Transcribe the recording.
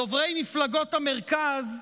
דוברי מפלגות המרכז,